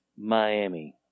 Miami